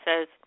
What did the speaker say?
says